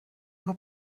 ihre